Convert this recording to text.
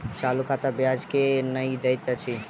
चालू खाता मे ब्याज केल नहि दैत अछि